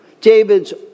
David's